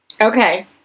Okay